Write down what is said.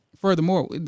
furthermore